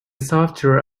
software